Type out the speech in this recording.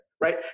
right